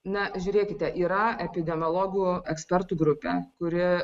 na žiūrėkite yra epidemiologų ekspertų grupė kuri